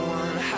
one